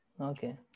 Okay